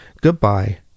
goodbye